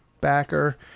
backer